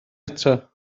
eto